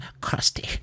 crusty